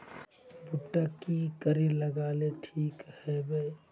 भुट्टा की करे लगा ले ठिक है बय?